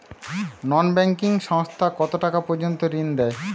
নন banking সংস্থা কতটাকা পর্যন্ত ঋণ দেয়?